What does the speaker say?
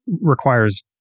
requires